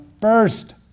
first